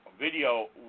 video